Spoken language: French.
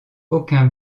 aucun